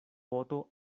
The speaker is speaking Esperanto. poto